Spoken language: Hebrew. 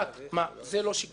זה לא שיקול דעת?